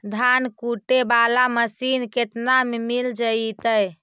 धान कुटे बाला मशीन केतना में मिल जइतै?